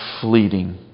fleeting